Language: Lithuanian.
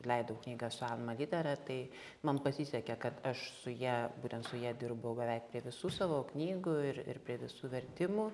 leidau knygą su alma litera tai man pasisekė kad aš su ja būtent su ja dirbau beveik prie visų savo knygų ir ir prie visų vertimų